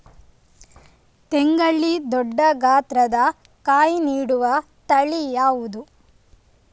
ತೆಂಗಲ್ಲಿ ದೊಡ್ಡ ಗಾತ್ರದ ಕಾಯಿ ನೀಡುವ ತಳಿ ಯಾವುದು?